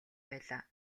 байлаа